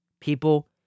People